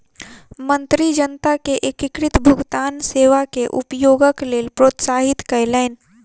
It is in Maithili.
मंत्री जनता के एकीकृत भुगतान सेवा के उपयोगक लेल प्रोत्साहित कयलैन